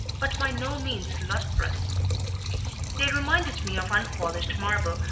but by no means lustrous they reminded me of unpolished marble,